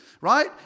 right